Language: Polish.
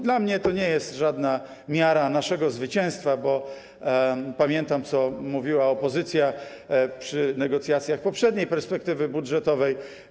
Dla mnie to nie jest żadna miara naszego zwycięstwa, bo pamiętam, co mówiła opozycja przy negocjacjach poprzedniej perspektywy budżetowej.